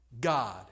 God